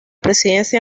presidencia